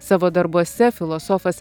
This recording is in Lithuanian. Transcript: savo darbuose filosofas